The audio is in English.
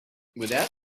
without